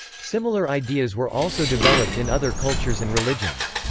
similar ideas were also developed in other cultures and religions.